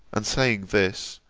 and saying this,